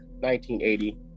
1980